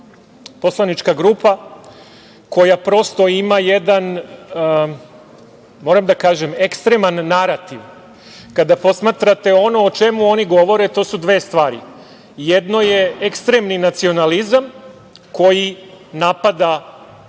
poslanička grupa, koja prosto ima jedan, moram da kažem, ekstreman narativ. Kada posmatrate ono o čemu oni govore, to su dve stvari. Jedno je ekstremni nacionalizam koji napada većinski